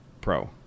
Pro